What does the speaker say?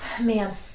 man